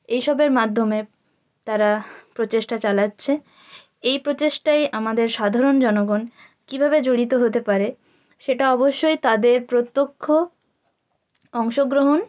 এইসবের মাধ্যমে তারা প্রচেষ্টা চালাচ্ছে এই প্রচেষ্টায় আমাদের সাধারণ জনগণ কীভাবে জড়িত হতে পারে সেটা অবশ্যই তাদের প্রত্যক্ষ অংশগ্রহণ